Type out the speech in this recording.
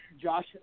Josh